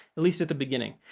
at least at the beginning,